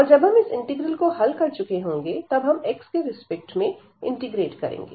और जब हम इस इंटीग्रल को हल कर चुके होंगे तब हम x के रिस्पेक्ट में इंटीग्रेट करेंगे